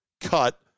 cut